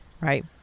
Right